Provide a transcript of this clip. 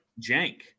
Jank